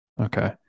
Okay